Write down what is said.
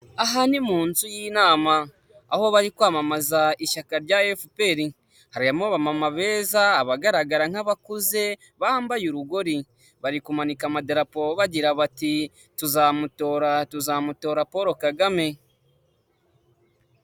Aha ni mu nzu y'inama aho bari kwamamaza ishyaka rya FPR, harimo abamama beza, abagaragara nk'abakuze, bambaye urugori, bari kumanika amaderapo bagira bati tuzamutora tuzamutora Paul Kagame.